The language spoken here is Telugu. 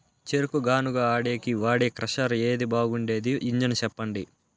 చెరుకు గానుగ ఆడేకి వాడే క్రషర్ ఏది బాగుండేది ఇంజను చెప్పండి?